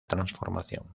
transformación